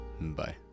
Bye